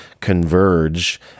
converge